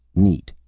neat,